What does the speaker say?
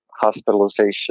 hospitalization